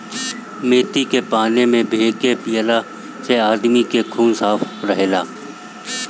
मेथी के पानी में भे के पियला से आदमी के खून साफ़ रहेला